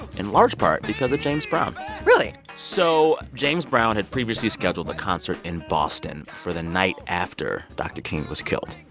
in large part because of james brown really? so james brown had previously scheduled a concert in boston for the night after dr. king was killed,